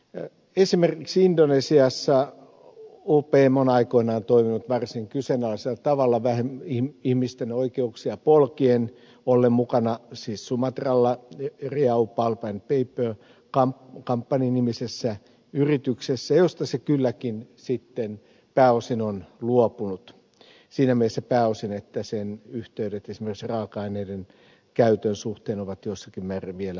esimerkiksi indonesiassa upm on aikoinaan toiminut varsin kyseenalaisella tavalla vähän ihmisten oikeuksia polkien ollen mukana siis sumatralla riau pulp and paper company nimisessä yrityksessä josta se kylläkin sitten pääosin on luopunut siinä mielessä pääosin että sen yhteydet esimerkiksi raaka aineiden käytön suhteen ovat jossakin määrin vielä epäselviä